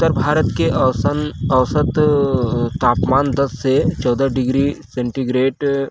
उत्तर भारत के औसन औसत तापमान दस से चौदह डिग्री सेंटीग्रेट